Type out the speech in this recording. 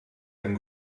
ein